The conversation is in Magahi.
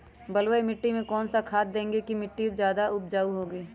बलुई मिट्टी में कौन कौन से खाद देगें की मिट्टी ज्यादा उपजाऊ होगी?